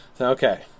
Okay